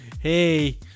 Hey